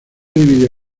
dividió